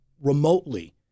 remotely